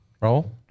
roll